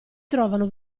trovano